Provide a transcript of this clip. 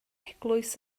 eglwys